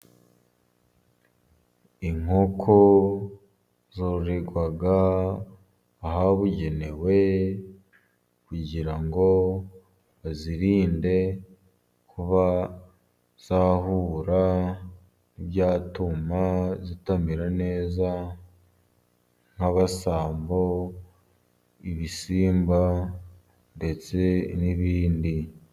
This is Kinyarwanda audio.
Inkoko zororerwa ahabugenewe, kugira ngo bazirinde kuba zahura n'ibyatuma zitamera neza, nk'abasambo, ibisimba ndetse n'ibindi.